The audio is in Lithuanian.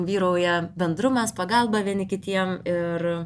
vyrauja bendrumas pagalba vieni kitiem ir